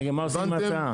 רגע מה עושים עם ההצעה?